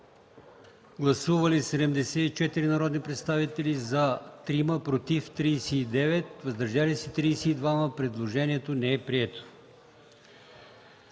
Гласували 93 народни представители: за 24, против 19, въздържали се 50. Предложението не е прието.